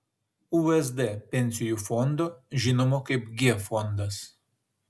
usd pensijų fondo žinomo kaip g fondas